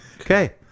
Okay